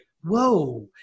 whoa